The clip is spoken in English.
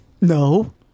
No